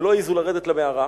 הם לא העזו לרדת למערה,